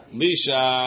lisha